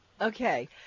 Okay